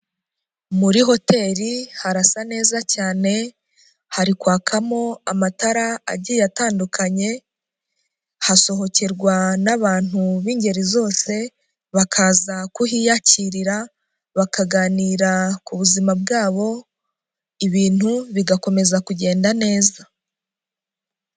Muri hoteri harasa neza cyane, hari kwakamo amatara agiye atandukanye, hasohokerwa n'abantu b'ingeri zose, bakaza kuhiyakirira, bakaganira ku buzima bwabo, ibintu bigakomeza kugenda neza.